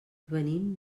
venim